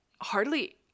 hardly